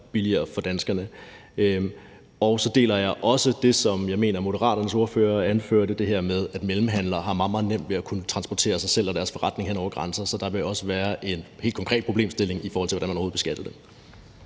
billigere for danskerne. Så deler jeg også det, som jeg mener Moderaternes ordfører anførte: at mellemhandlere har meget, meget nemt ved at kunne transportere sig selv og deres forretning hen over grænser. Så der vil også være en helt konkret problemstilling, i forhold til hvordan man overhovedet beskatter det.